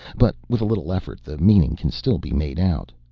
but with a little effort the meaning can still be made out.